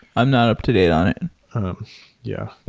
i'm not up to date on it yeah.